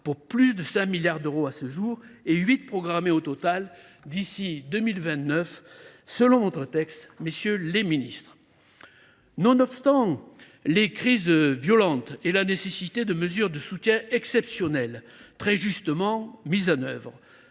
pour plus de 5 milliards d’euros à ce jour et 8 milliards d’euros au total programmés d’ici à 2029, selon votre texte, messieurs les ministres. Nonobstant les crises violentes et la nécessité de mesures de soutien exceptionnelles, mises en œuvre